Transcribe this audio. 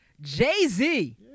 Jay-Z